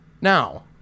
Now